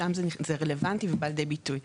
שם זה רלוונטי ובא לידי ביטוי.